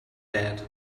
that